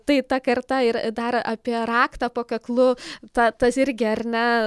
tai ta karta ir dar apie raktą po kaklu tą tas irgi ar ne